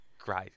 great